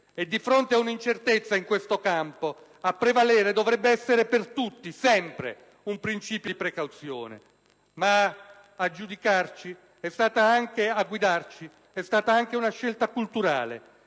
E di fronte ad un'incertezza, in questo campo, a prevalere dovrebbe essere per tutti, sempre, un principio di precauzione. Ma a guidarci è stata anche una scelta culturale,